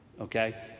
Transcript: Okay